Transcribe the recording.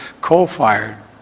coal-fired